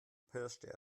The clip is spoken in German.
pirschte